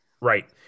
Right